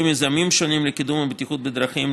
מיזמים שונים לקידום הבטיחות בדרכים,